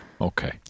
Okay